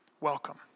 welcome